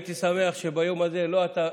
הייתי שמח שביום הזה לא אתה,